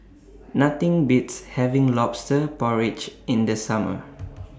Nothing Beats having Lobster Porridge in The Summer